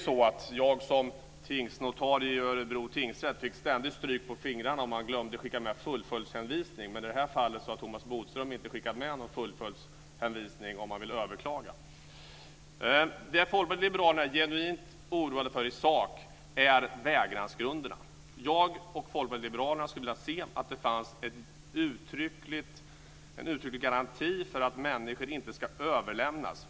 Som tingsnotarie i Örebro tingsrätt fick jag ständigt stryk på fingrarna om jag glömde att skicka med fullföljdshänvisning. I det här fallet har Thomas Bodström inte skickat med någon fullföljdshänvisning om man vill överklaga. Det som Folkpartiet liberalerna är genuint oroade för i sak är vägransgrunderna. Jag och Folkpartiet liberalerna skulle vilja se att det fanns en uttrycklig garanti för att människor inte ska överlämnas.